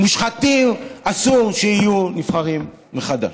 מושחתים, אסור שיהיו נבחרים מחדש.